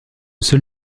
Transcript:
seul